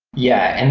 yeah. and